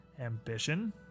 ambition